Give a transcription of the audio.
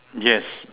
yes